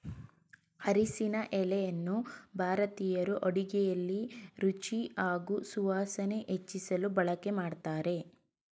ಅರಿಶಿನ ಎಲೆಯನ್ನು ಭಾರತೀಯರು ಅಡುಗೆಲಿ ರುಚಿ ಹಾಗೂ ಸುವಾಸನೆ ಹೆಚ್ಚಿಸಲು ಬಳಕೆ ಮಾಡ್ತಾರೆ